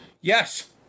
Yes